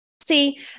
See